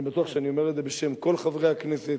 ואני בטוח שאני אומר את זה בשם כל חברי הכנסת,